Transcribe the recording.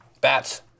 Bats